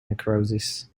necrosis